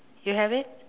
you have it